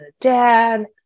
dad